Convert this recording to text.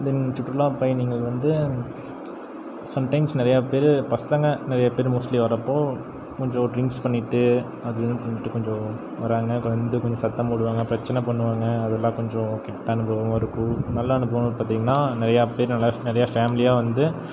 இந்த சுற்றுலா பயணிகள் வந்து சம்டைம்ஸ் நிறையா பேர் பசங்க நிறையா பேரு மோஸ்ட்லி வரப்போது கொஞ்சம் ட்ரிங்க்ஸ் பண்ணிகிட்டு அது இதுனு பண்ணிகிட்டு கொஞ்சம் வராங்க வந்து கொஞ்சம் சத்தம் போடுவாங்க பிரச்சனை பண்ணுவாங்க அதெல்லாம் கொஞ்சம் கெட்ட அனுபவம் இருக்குது நல்ல அனுபவம் பார்த்திங்கன்னா நிறையா பேரு நல்லா நிறையா ஃபேமிலியாக வந்து